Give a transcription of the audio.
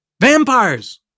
vampires